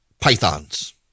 pythons